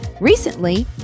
Recently